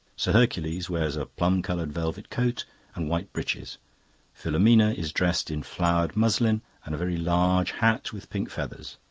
sir hercules wears a plum-coloured velvet coat and white breeches filomena is dressed in flowered muslin and a very large hat with pink feathers.